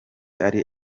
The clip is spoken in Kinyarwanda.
ari